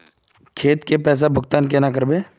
खेत के पैसा भुगतान केना करबे?